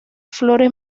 flores